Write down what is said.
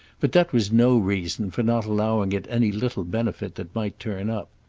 but that was no reason for not allowing it any little benefit that might turn up.